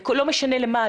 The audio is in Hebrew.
לא משנה למה,